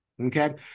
Okay